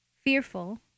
fearful